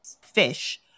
fish